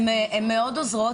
הן מאוד עוזרות.